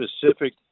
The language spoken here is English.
specific